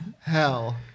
Hell